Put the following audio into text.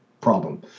problem